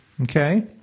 Okay